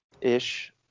ish